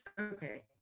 Okay